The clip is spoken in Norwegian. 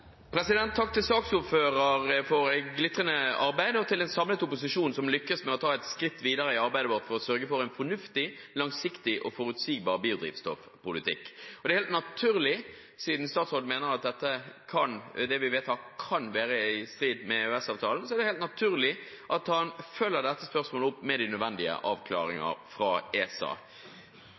Takk til saksordføreren for glitrende arbeid og til en samlet opposisjon, som lykkes med å ta et skritt videre i arbeidet med å sørge for en fornuftig, langsiktig og forutsigbar biodrivstoffpolitikk. Siden statsråden mener at det vi vedtar, kan være i strid med EØS-avtalen, er det helt naturlig at han følger dette spørsmålet opp med de nødvendige avklaringene fra ESA.